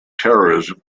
terrorism